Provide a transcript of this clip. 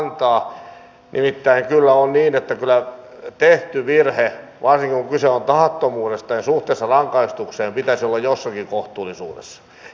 nimittäin kyllä on niin että tehdyn virheen suhteessa rangaistukseen pitäisi olla jossakin kohtuullisuudessa varsinkin kun kyse on tahattomuudesta